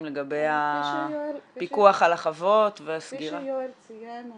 לגבי הפיקוח על החוות והסגירה -- כפי שיואל ציין,